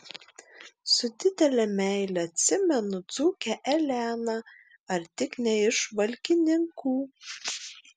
su didele meile atsimenu dzūkę eleną ar tik ne iš valkininkų